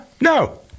No